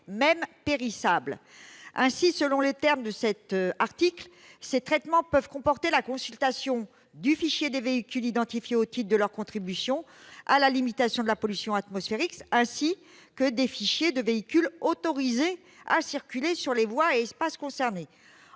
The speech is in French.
même périssables. Selon les termes de cet article, en effet, ces traitements automatisés peuvent comporter la consultation du fichier des véhicules identifiés au titre de leur contribution à la limitation de la pollution atmosphérique, ainsi que des fichiers des véhicules autorisés à circuler sur les voies et espaces concernés.